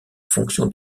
fonction